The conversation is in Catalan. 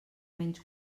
menys